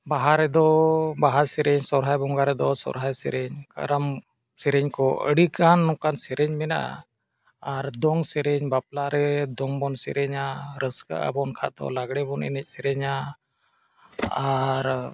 ᱵᱟᱦᱟ ᱨᱮᱫᱚ ᱵᱟᱦᱟ ᱥᱮᱨᱮᱧ ᱥᱚᱦᱨᱟᱭ ᱵᱚᱸᱜᱟ ᱨᱮᱫᱚ ᱥᱚᱦᱨᱟᱭ ᱥᱮᱨᱮᱧ ᱠᱟᱨᱟᱢ ᱥᱮᱨᱮᱧ ᱠᱚ ᱟᱹᱰᱤ ᱜᱟᱱ ᱱᱚᱝᱠᱟᱱ ᱥᱮᱨᱮᱧ ᱢᱮᱱᱟᱜᱼᱟ ᱟᱨ ᱫᱚᱝ ᱥᱮᱨᱮᱧ ᱵᱟᱯᱞᱟᱨᱮ ᱫᱚᱝ ᱵᱚᱱ ᱥᱮᱨᱮᱧᱟ ᱨᱟᱹᱥᱠᱟᱹᱜ ᱟᱵᱚᱱ ᱠᱷᱟᱱ ᱫᱚ ᱞᱟᱜᱽᱬᱮ ᱵᱚᱱ ᱮᱱᱮᱡ ᱥᱮᱨᱮᱧᱟ ᱟᱨ